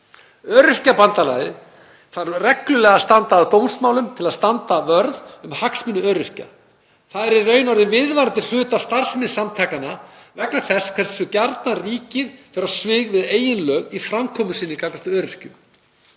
Öryrkjabandalagið þarf reglulega að standa að dómsmálum til að standa vörð um hagsmuni öryrkja. Það er í raun orðinn viðvarandi hluti af starfsemi samtakanna vegna þess hversu gjarnan ríkið fer á svig við eigin lög í framkomu sinni gagnvart öryrkjum.